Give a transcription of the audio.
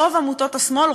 רוב עמותות השמאל,